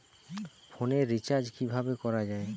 ফোনের রিচার্জ কিভাবে করা যায়?